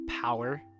power